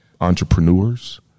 entrepreneurs